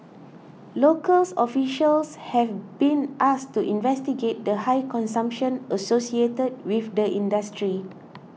local officials have been asked to investigate the high consumption associated with the industry